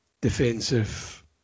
defensive